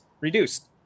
reduced